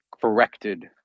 corrected